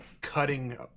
cutting